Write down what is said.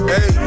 Hey